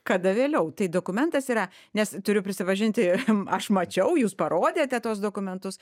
kada vėliau tai dokumentas yra nes turiu prisipažinti aš mačiau jūs parodėte tuos dokumentus